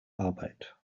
arbeit